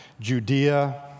Judea